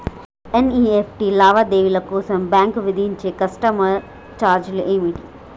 NEFT లావాదేవీల కోసం bank విధించే కస్టమర్ ఛార్జీలు ఏమిటి?